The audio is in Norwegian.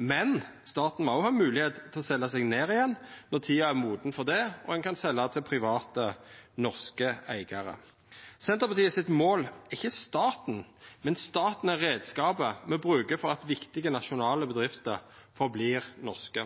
men staten må òg ha moglegheit til å selja seg ned igjen når tida er moden for det, og ein kan selja til private norske eigarar. Senterpartiet sitt mål er ikkje staten, men staten er reiskapen me brukar for at viktige nasjonale bedrifter held fram med å vera norske.